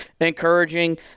encouraging